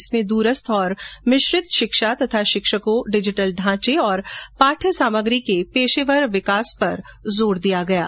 इसमें दूरस्थ और मिश्रित शिक्षा तथा शिक्षकों डिजिटल ढांचे और पाठ्य सामग्री के पेशेवर विकास पर जोर दिया गया है